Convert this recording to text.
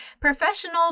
professional